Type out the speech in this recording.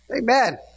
Amen